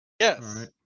Yes